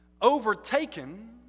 overtaken